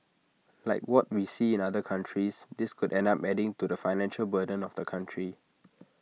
like what we see in other countries this could end up adding to the financial burden of the country